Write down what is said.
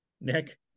Nick